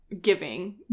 giving